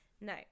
No